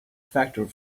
factor